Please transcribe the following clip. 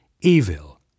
evil